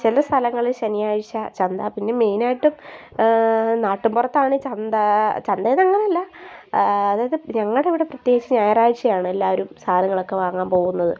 ചില സ്ഥലങ്ങളിൽ ശനിയാഴ്ച്ച ചന്ത പിന്നെ മെയ്നായിട്ടും നാട്ടുമ്പുറത്താണ് ചന്ത ചന്തയെന്ന് അങ്ങനെ അല്ല അതായത് ഞങ്ങളുടെ അവിടെ പ്രത്യേകിച്ച് ഞായറാഴ്ച്ചയാണ് എല്ലാവരും സാധനങ്ങളൊക്കെവാങ്ങാൻ പോകുന്നത്